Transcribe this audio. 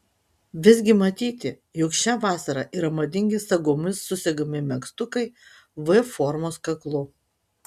visgi matyti jog šią vasarą yra madingi sagomis susegami megztukai v formos kaklu